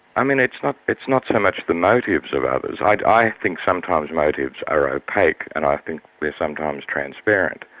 i mean it's it's not so much the motives of others. i i think sometimes motives are opaque and i think they're sometimes transparent.